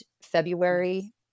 February